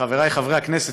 חבריי חברי הכנסת,